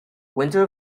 winter